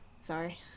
Sorry